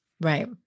right